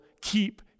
keep